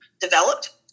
developed